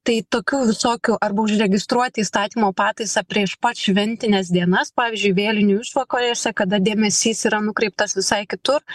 tai tokių visokių arba užregistruoti įstatymo pataisą prieš pat šventines dienas pavyzdžiui vėlinių išvakarėse kada dėmesys yra nukreiptas visai kitur